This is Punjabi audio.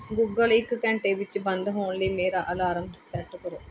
ਗੂਗਲ ਇੱਕ ਘੰਟੇ ਵਿੱਚ ਬੰਦ ਹੋਣ ਲਈ ਮੇਰਾ ਅਲਾਰਮ ਸੈੱਟ ਕਰੋ